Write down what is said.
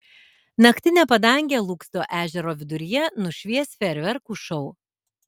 naktinę padangę lūksto ežero viduryje nušvies fejerverkų šou